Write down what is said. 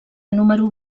número